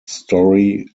story